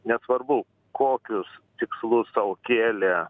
nesvarbu kokius tikslus sau kėlė